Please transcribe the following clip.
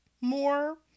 more